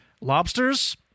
lobsters